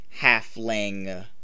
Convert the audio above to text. halfling